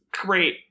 great